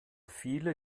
viele